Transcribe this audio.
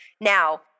Now